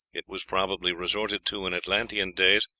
it was probably resorted to in atlantean days,